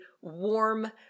warm